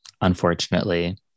unfortunately